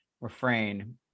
refrain